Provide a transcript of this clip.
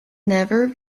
never